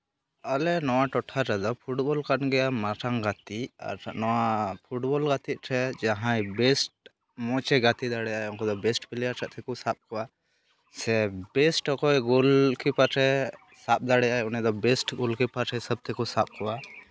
ᱟᱞᱮ ᱱᱚᱣᱟ ᱴᱚᱴᱷᱟ ᱨᱮᱫᱚ ᱯᱷᱩᱴᱵᱚᱞ ᱠᱟᱱ ᱜᱮᱭᱟ ᱢᱟᱨᱟᱝ ᱜᱟᱛᱮᱫ ᱟᱨ ᱱᱚᱣᱟ ᱯᱷᱩᱴᱵᱚᱞ ᱜᱟᱛᱮᱜ ᱨᱮ ᱡᱟᱦᱟᱸᱭ ᱵᱮᱥᱴ ᱢᱚᱡᱽ ᱮ ᱜᱟᱛᱮ ᱫᱟᱲᱮᱭᱟᱜ ᱟᱭ ᱩᱱᱠᱩ ᱫᱚ ᱵᱮᱥᱴ ᱯᱞᱮᱭᱟᱨ ᱞᱮᱠᱟ ᱛᱮᱠᱚ ᱥᱟᱵ ᱠᱚᱣᱟ ᱥᱮ ᱵᱮᱥᱴ ᱚᱠᱚᱭ ᱜᱳᱞᱠᱤᱯᱟᱨ ᱮ ᱥᱟᱵ ᱫᱟᱲᱮᱭᱟᱜᱼᱟᱭ ᱩᱱᱤ ᱫᱚ ᱵᱮᱥᱴ ᱜᱳᱞᱠᱤᱯᱟᱨ ᱦᱤᱥᱟᱹᱵ ᱛᱮᱠᱚ ᱥᱟᱵ ᱠᱚᱣᱟ